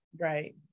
Right